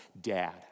dad